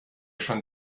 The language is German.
schon